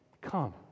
come